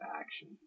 action